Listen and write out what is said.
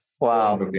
Wow